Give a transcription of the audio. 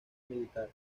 militar